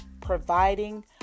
providing